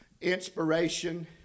inspiration